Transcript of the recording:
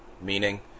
Meaning